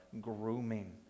grooming